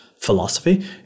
philosophy